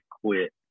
quit